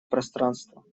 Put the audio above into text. пространства